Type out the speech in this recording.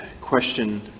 question